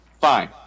Fine